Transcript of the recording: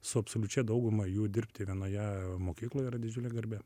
su absoliučia dauguma jų dirbti vienoje mokykloje yra didžiulė garbė